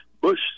Bush